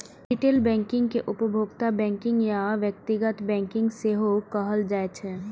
retail banking कें उपभोक्ता banking या व्यक्तिगत बैंकिंग सेहो कहल जाइ छै